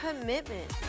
commitment